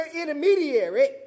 intermediary